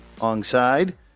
alongside